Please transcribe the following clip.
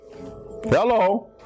hello